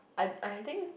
I I think